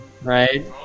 Right